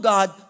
God